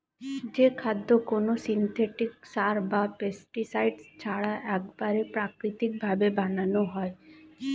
যে খাদ্য কোনো সিনথেটিক সার বা পেস্টিসাইড ছাড়া একবারে প্রাকৃতিক ভাবে বানানো হয়